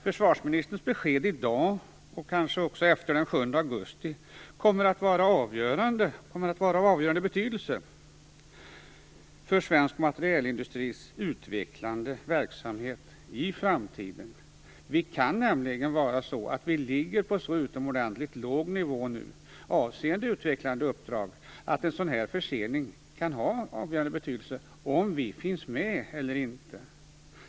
Försvarsministerns besked i dag, och kanske också efter den 7 augusti, kommer att vara av avgörande betydelse för svensk materielindustris utvecklande verksamhet i framtiden. Det kan nämligen vara så att vi, avseende utvecklande uppdrag, ligger på en så utomordentligt låg nivå nu, att en sådan här försening kan ha avgörande betydelse för om vi finns med eller inte.